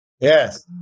yes